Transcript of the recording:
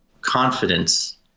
confidence